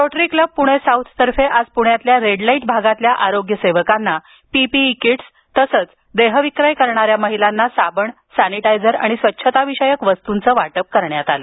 rotary Club Pune साऊथतर्फे आज पुण्यातील रेड लाईट भागातील आरोग्य सेवकांना पीपीई कीटसचं तसंच देहविक्रय करणाऱ्या महिलांना साबण सॅनिटायझर आणि स्वच्छता विषयक वस्तूंचं वाटप करण्यात आलं